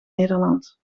nederland